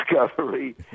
discovery